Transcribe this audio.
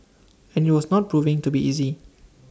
and IT was not proving to be easy